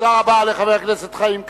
תודה רבה לחבר הכנסת חיים כץ.